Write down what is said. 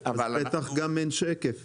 אבל אנחנו --- אז בטח גם אין שקף.